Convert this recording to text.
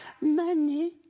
money